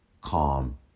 calm